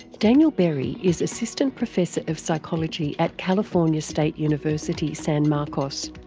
daniel berry is assistant professor of psychology at california state university, san marcos.